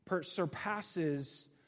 surpasses